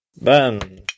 Ben